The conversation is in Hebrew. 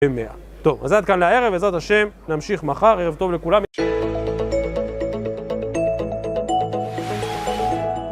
במאה. טוב, אז עד כאן לערב, בעזרת השם, נמשיך מחר, ערב טוב לכולם.